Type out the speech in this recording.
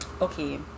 okay